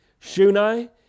Shunai